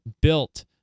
built